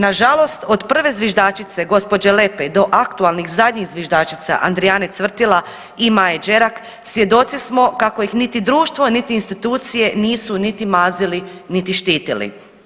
Nažalost, od prve zviždačice gospođe Lepej do aktualnih zadnjih zviždačica Andrijane Cvrtila i Maje Đerak svjedoci smo kako ih niti društvo, niti institucije nisu niti mazili, niti štitili.